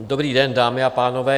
Dobrý den, dámy a pánové.